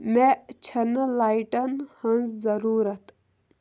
مےٚ چھَنہٕ لایٹَن ہٕنٛز ضٔروٗرت